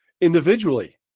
Individually